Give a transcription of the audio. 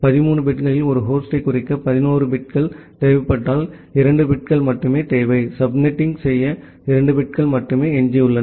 13 பிட்டுகளில் ஒரு ஹோஸ்டைக் குறிக்க 11 பிட்கள் தேவைப்பட்டால் 2 பிட்கள் மட்டுமே தேவை சப்நெட்டிங் செய்ய 2 பிட்கள் மட்டுமே எஞ்சியுள்ளன